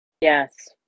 Yes